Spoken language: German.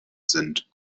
sind